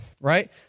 right